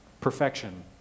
Perfection